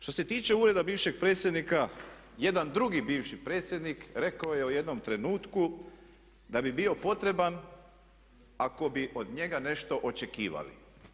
Što se tiče ureda bivšeg predsjednika jedan drugi bivši predsjednik rekao je u jednom trenutku da bi bio potreban ako bi od njega nešto očekivali.